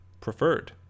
preferred